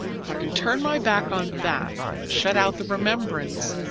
if i can turn my back on that and shut out the remembrance,